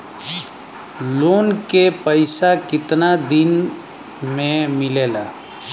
Loan के पैसा कितना दिन मे मिलेला?